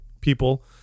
people